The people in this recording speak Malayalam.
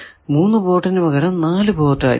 3 പോർട്ടിന് പകരം 4 പോർട്ട് ആയിരിക്കും